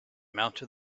mounted